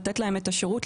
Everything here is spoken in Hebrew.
לתת להם את השירות,